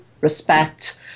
respect